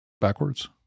backwards